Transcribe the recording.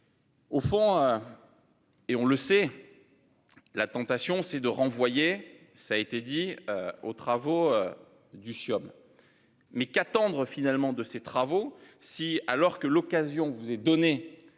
Au fond. Et on le sait. La tentation c'est de renvoyer ça a été dit aux travaux. Du. Mais qu'attendre finalement de ces travaux si alors que l'occasion vous est donné